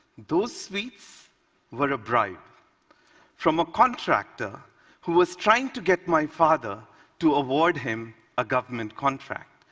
those sweets were a bribe from a contractor who was trying to get my father to award him a government contract.